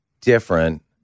different